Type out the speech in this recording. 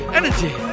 energy